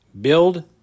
Build